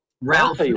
Ralph